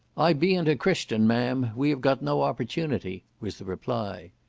i beant a christian, ma'am we have got no opportunity, was the reply.